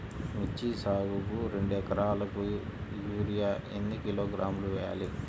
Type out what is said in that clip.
మిర్చి సాగుకు రెండు ఏకరాలకు యూరియా ఏన్ని కిలోగ్రాములు వేయాలి?